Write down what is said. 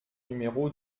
numéro